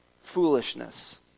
foolishness